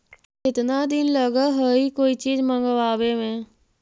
केतना दिन लगहइ कोई चीज मँगवावे में?